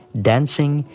dancing,